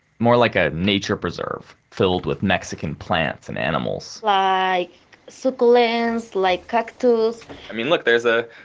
more like a nature preserve filled with mexican plants and animals like succulents, like cactus i mean, look, there's a,